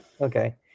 Okay